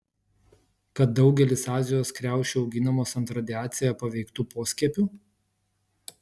kad daugelis azijos kriaušių auginamos ant radiacija paveiktų poskiepių